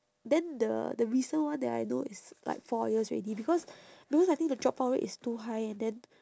then the the recent one that I know is like four years already because because I think the dropout rate is too high and then